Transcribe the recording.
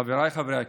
חבריי חברי הכנסת,